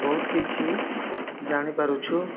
ବହୁତ କିଛି ଜାଣିପାରୁଛୁ